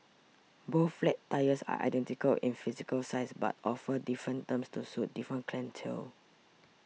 both flat types are identical in physical size but offer different terms to suit different clientele